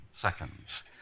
seconds